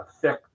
thick